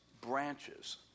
branches